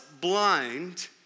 blind